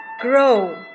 grow